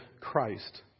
Christ